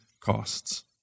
costs